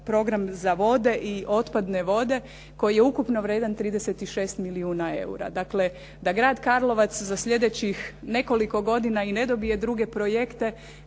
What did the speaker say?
program za vode i otpadne vode koji je ukupno vrijedan 36 milijuna eura. Dakle, da grad Karlovac za sljedećih nekoliko godina i ne dobije druge projekte